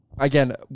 Again